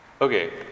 Okay